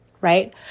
right